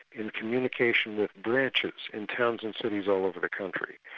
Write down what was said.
in communication with branches in towns and cities all over the country.